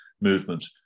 movement